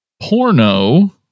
porno